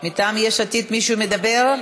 מטעם יש עתיד מישהו מדבר?